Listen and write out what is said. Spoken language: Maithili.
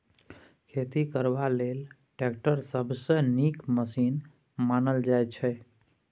खेती करबा लेल टैक्टर सबसँ नीक मशीन मानल जाइ छै